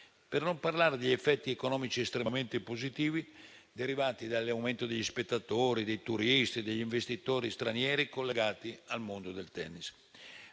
per non parlare degli effetti economici estremamente positivi derivanti dall'aumento degli spettatori, dei turisti e degli investitori stranieri collegati al mondo del tennis.